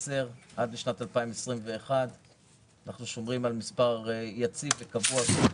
ועד לשנת 2021. אנחנו שומרים על מספר יציב וקבוע של תחנות.